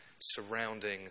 surrounding